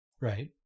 right